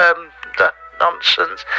nonsense